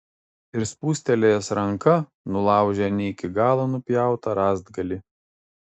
ir spūstelėjęs ranka nulaužė ne iki galo nupjautą rąstgalį